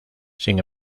sin